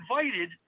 invited